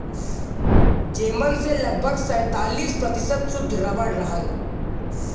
जेमन से लगभग सैंतालीस प्रतिशत सुद्ध रबर रहल